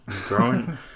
growing